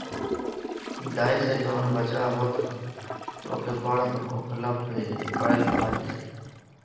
गाई से जवन बछड़ा होत ह ओके बड़ होखला पे बैल कहल जाई